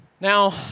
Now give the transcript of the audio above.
Now